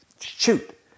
shoot